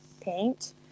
paint